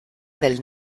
del